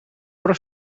però